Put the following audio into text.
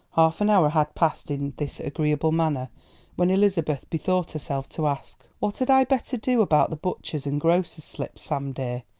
half an hour had passed in this agreeable manner when elizabeth bethought herself to ask, what had i better do about the butcher's and grocer's slips, sam dear?